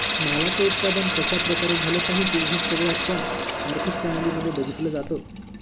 मालाच उत्पादन कशा प्रकारे झालं पाहिजे हे सगळं पण आर्थिक प्रणाली मध्ये बघितलं जातं